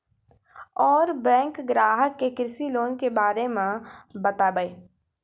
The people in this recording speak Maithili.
और बैंक ग्राहक के कृषि लोन के बारे मे बातेबे?